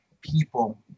people